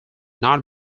not